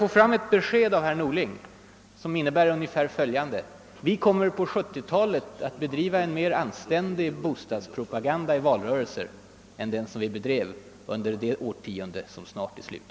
Kommer socialdemokraterna på 1970-talet att bedriva en mera anständig bostadspropaganda i valrörelser än den man fört under det årtionde som snart är slut?